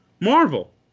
Marvel